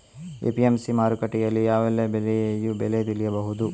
APMC ಮಾರುಕಟ್ಟೆಯಲ್ಲಿ ಯಾವೆಲ್ಲಾ ಬೆಳೆಯ ಬೆಲೆ ತಿಳಿಬಹುದು?